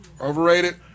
Overrated